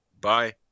Bye